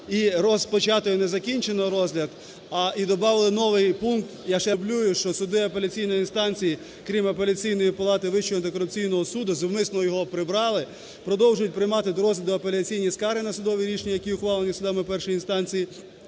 і "розпочато і не закінчено розгляд". І добавили новий пункт, я ще раз його продублюю, що: "Суди апеляційної інстанції, крім Апеляційної палата Вищого антикорупційного суду (зумисно його прибрали), продовжують приймати до розгляду апеляційні скарги на судові рішення, які ухвалені судами першої інстанції,